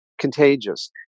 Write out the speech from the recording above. contagious